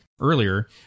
earlier